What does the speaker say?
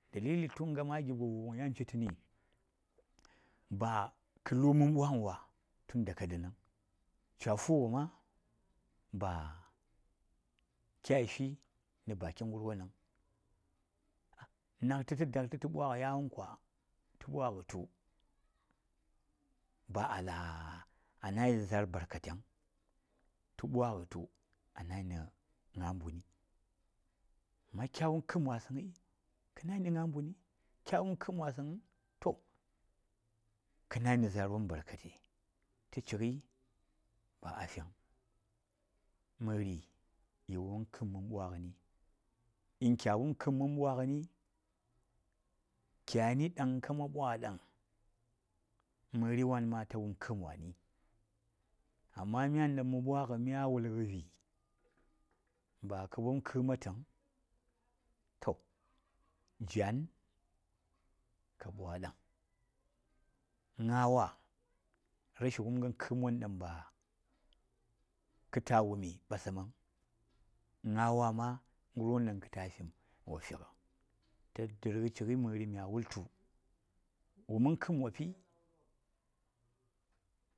﻿ wan ɗan kayi tuni gama a gipka vugai yan chi tu nib a ka lu man bwagən wa tun daga dang vung cha tuga ma ba kya yelshi na vi garwan vang, naktə ta dakta to kwago yawan kwa, ta bwago tub ba a nayi nazar barkate vung ta bwaga tu a nayi na nga mbumi amma kya wum kam wasangai ka nayi na ngah mbuni in kya wum kam wasang vung to ka nayi na zar barkate to chigai ba afi vung marri yi wuman kam man bwagani in kya man kam man bwagani kyani dan kaman bwa dang mari wan ma ta wum kam wani amma myan ɗanma bwago mya wulgo vi ba ka wum kamatang to jaan ka bwa ɗang ngah wa rashi wumgan kam wanɗan ka taya wuni ɓasam vung ngawha ma gərwan ɗan ka taya fim wo figa ta durga chigai məri mya wultu wuman mkam, wapi